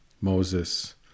Moses